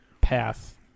path